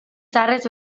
zaharrez